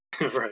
Right